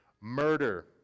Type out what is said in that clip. murder